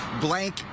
blank